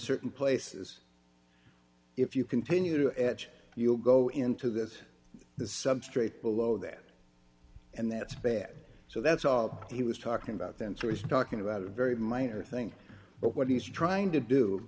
certain places if you continue to etch you'll go into that the substrate below that and that's bad so that's all he was talking about the answer is talking about a very minor thing but what he's trying to do